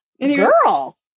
Girl